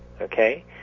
Okay